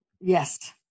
Yes